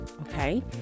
okay